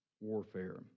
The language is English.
warfare